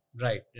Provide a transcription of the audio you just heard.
right